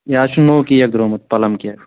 یہِ حظ چھُ نوٚو کیک درٛامُت پلَم کیک